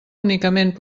únicament